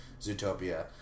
Zootopia